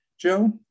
Joe